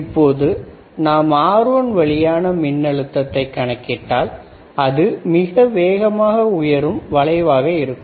இப்போது நாம் R1 வழியான மின்னழுத்தத்தை கணக்கிட்டால் அது ஒரு வேகமாக உயரும் வளைவாக இருக்கும்